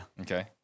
okay